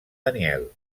daniel